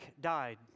died